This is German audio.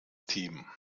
team